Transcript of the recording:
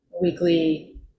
weekly